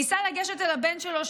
ניסה לגשת אל הבן שלו,